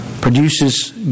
Produces